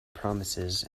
promises